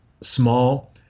small